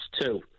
two